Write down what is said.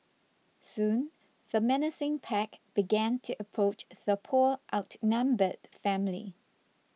soon the menacing pack began to approach the poor outnumbered family